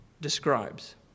describes